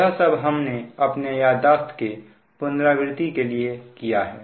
यह सब हमने अपने याददाश्त के पुनरावृति के लिए किया है